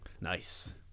Nice